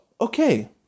Okay